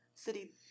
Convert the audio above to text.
city